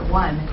one